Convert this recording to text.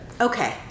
okay